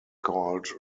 called